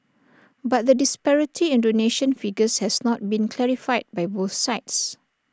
but the disparity in donation figures has not been clarified by both sides